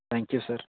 thank you sir